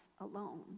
alone